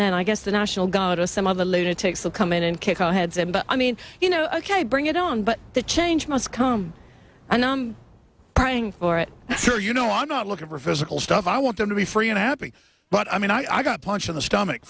then i guess the national guard has some of the lunatics who come in and kick our heads in but i mean you know ok bring it on but the change must come and i'm praying for it so you know i'm not looking for physical stuff i want them to be free and happy but i mean i got punched in the stomach